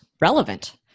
relevant